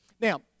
Now